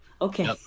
okay